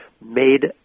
made